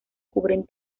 cubren